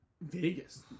Vegas